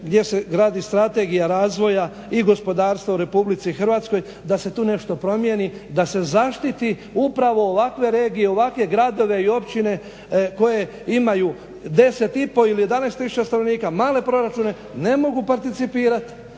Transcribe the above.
gdje se radi strategija razvoja i gospodarstva u RH da se tu nešto promjeni da se zaštite upravo ovakve regije i ovakve gradove i općine koje imaju 10,5 ili 11 tisuća stanovnika male proračuna ne mogu participirati,